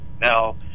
Now